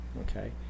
Okay